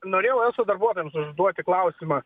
norėjau eso darbuotojams užduoti klausimą